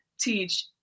teach